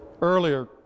earlier